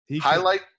Highlight